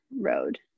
road